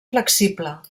flexible